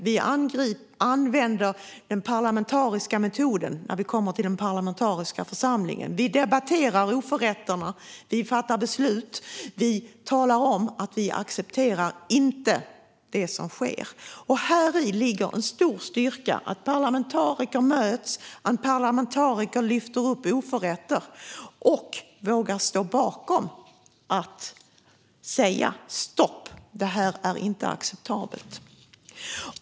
Vi använder den parlamentariska metoden när vi kommer till den parlamentariska församlingen. Vi debatterar oförrätterna. Vi fattar beslut. Vi talar om att vi inte accepterar det som sker. Häri ligger en stor styrka. Parlamentariker möts. Parlamentariker lyfter fram oförrätter och vågar stå bakom att de säger: Stopp, det här är inte acceptabelt!